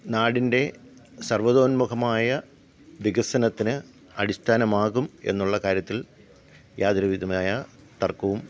നാടിന്റെ സര്വ്വദോത്മുകമായ വികസനത്തിന് അടിസ്ഥാനമാകും എന്നുള്ള കാര്യത്തില് യാതൊരുവിധമായ തര്ക്കവും